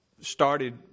started